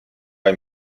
bei